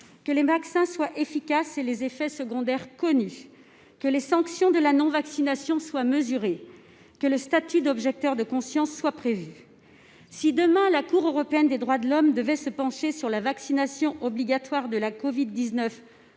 que les vaccins soient efficaces et les effets secondaires connus ; que les sanctions de la non-vaccination soient mesurées ; que le statut d'objecteur de conscience soit prévu. Si la Cour européenne des droits de l'homme devait se pencher demain sur la vaccination obligatoire contre la covid-19